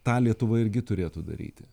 tą lietuva irgi turėtų daryti